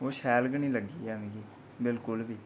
ओह् शैल गै निं लगी मिगी बिलकुल बी